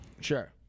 Sure